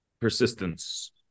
persistence